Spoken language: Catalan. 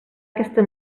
aquesta